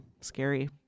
scary